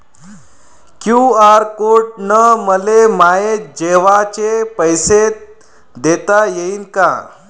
QR code न मले माये जेवाचे पैसे देता येईन का?